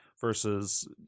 versus